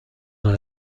dans